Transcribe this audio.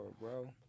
bro